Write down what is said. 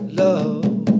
love